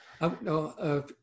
No